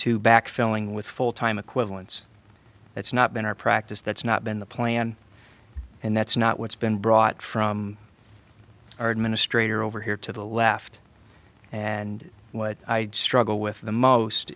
to back filling with full time equivalents that's not been our practice that's not been the plan and that's not what's been brought from our administrator over here to the left and what i struggle with the most